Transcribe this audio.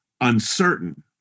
uncertain